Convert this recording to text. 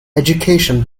education